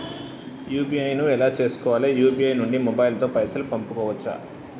UPI ను ఎలా చేస్కోవాలి యూ.పీ.ఐ నుండి మొబైల్ తో పైసల్ పంపుకోవచ్చా?